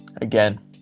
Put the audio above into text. again